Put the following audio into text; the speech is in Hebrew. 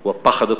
הוא הפחד עצמו.